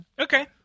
Okay